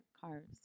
cars